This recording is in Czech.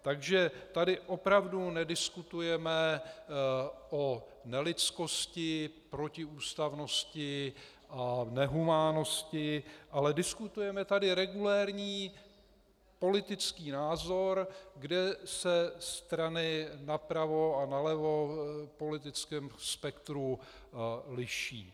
Takže tady opravdu nediskutujeme o nelidskosti, protiústavnosti a nehumánnosti, ale diskutujeme tady regulérní politický názor, kde se strany napravo a nalevo v politickém spektru liší.